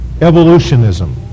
evolutionism